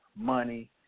money